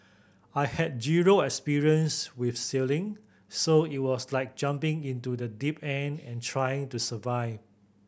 I had zero experience with sailing so it was like jumping into the deep end and trying to survive